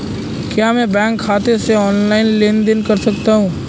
क्या मैं बैंक खाते से ऑनलाइन लेनदेन कर सकता हूं?